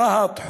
רהט,